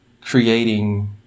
creating